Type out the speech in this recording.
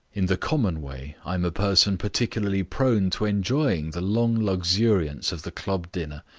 in the common way i am a person particularly prone to enjoy the long luxuriance of the club dinner.